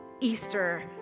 Easter